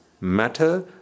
matter